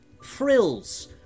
Frills